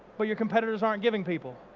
but your competitors aren't giving people?